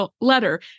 letter